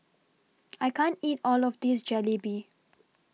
I can't eat All of This Jalebi